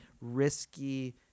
risky